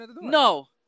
no